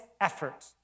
effort